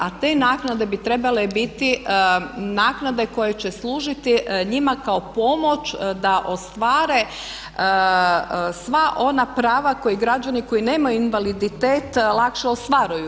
A te naknade bi trebale biti naknade koje će služiti njima kao pomoć da ostvare sva ona prava koje građani koji nemaju invaliditet lakše ostvaruju.